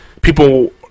people